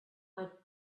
but